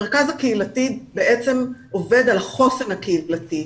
המרכז הקהילתי בעצם עובד על החוסן הקהילתי,